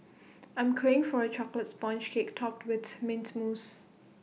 I'm craving for A Chocolate Sponge Cake Topped with Mint Mousse